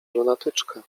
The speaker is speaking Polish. lunatyczka